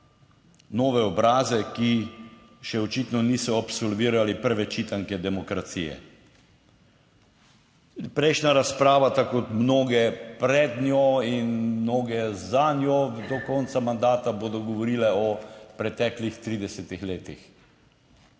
nove obraze, ki še očitno niso absolvirali prve čitanke demokracije. Tudi prejšnja razprava, tako kot mnoge pred njo in mnoge za njo do konca mandata bodo govorile o preteklih 30 letih.